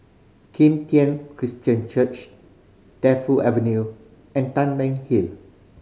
Kim Tian Christian Church Defu Avenue and Tanglin Hill